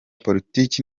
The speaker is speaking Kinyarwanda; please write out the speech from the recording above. politiki